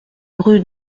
rue